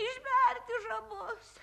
išberti žabus